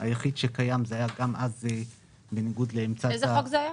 היחיד שזה קיים זה היה בניגוד לעמדת -- איזה חוק זה היה?